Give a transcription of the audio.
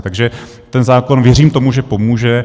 Takže ten zákon, věřím tomu, že pomůže.